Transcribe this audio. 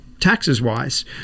taxes-wise